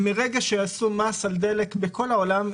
מרגע שעשו מס על דלק בכל העולם,